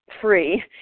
free